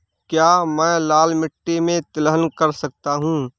क्या मैं लाल मिट्टी में तिलहन कर सकता हूँ?